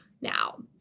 now